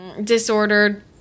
disordered